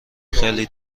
خیلی